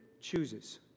chooses